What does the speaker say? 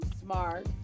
smart